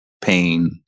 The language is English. pain